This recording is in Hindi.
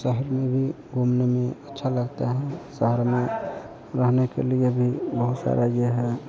शहर में भी घूमने में अच्छा लगता है शहर में रहने के लिए भी बहुत सारा यह है